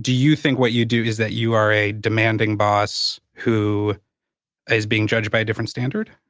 do you think what you do is that you are a demanding boss who is being judged by a different standard?